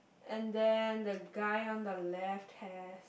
and then the guy on the left have